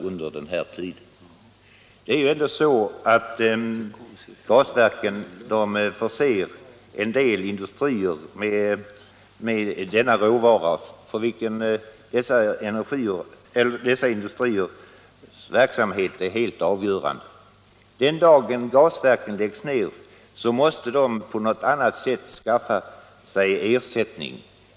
Gasverken förser ju ändå en hel del industrier med gas råvara, och för dessa industriers verksamhet är den helt avgörande. Den dag gasverken läggs ner måste de skaffa sig ersättning för denna råvara på något annat sätt.